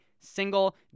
Single